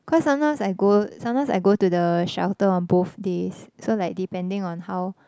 cause sometimes I go sometimes I go to the shelter on both days so like depending on how